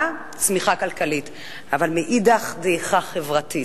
צמיחה כלכלית אבל מאידך דעיכה חברתית?